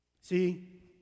See